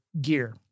Gear